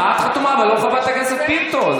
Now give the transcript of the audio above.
חתומה, אבל לא חברת הכנסת פינטו.